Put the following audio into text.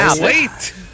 Wait